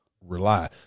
rely